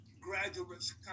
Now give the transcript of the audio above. graduates